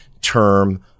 term